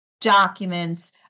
documents